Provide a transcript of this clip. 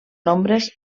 nombres